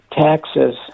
taxes